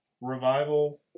Revival